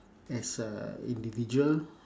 as a individual